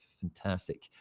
fantastic